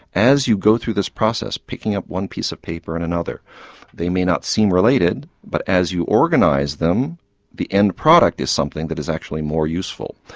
as you go through this process picking up one piece of paper and another they may not seem related but as you organise them the end product is something that is actually more useful.